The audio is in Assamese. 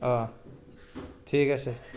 অঁ ঠিক আছে